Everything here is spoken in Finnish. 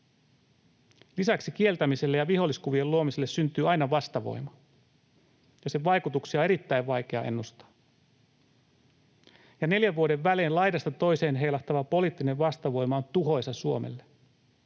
Lisäksi kieltämiselle ja viholliskuvien luomiselle syntyy aina vastavoima, ja sen vaikutuksia erittäin vaikea ennustaa. Neljän vuoden välein laidasta toiseen heilahtava poliittinen vastavoima on tuhoisa Suomelle.